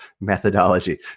methodology